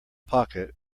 pocket